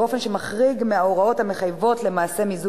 באופן שמחריג מההוראות המחייבות למעשה מיזוג